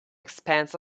expanse